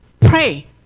Pray